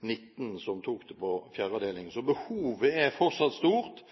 19 som tok fjerde avdeling. Så behovet er fortsatt stort.